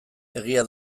egia